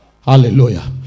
Hallelujah